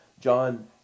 John